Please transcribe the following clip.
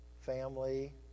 family